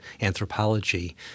anthropology